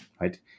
right